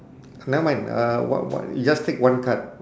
never mind uh wha~ wha~ you just take one card